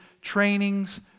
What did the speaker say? trainings